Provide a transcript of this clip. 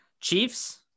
Chiefs